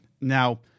Now